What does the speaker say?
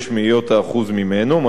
מדד השכר במגזר הציבורי,